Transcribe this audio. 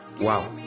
wow